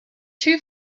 too